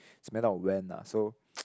it's a matter of when ah so